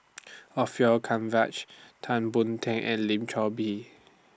Orfeur Tan Boon Teik and Lim Chor Pee